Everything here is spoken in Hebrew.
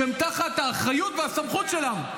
שהם תחת האחריות והסמכות שלנו.